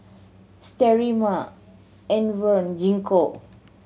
Sterimar Enervon Gingko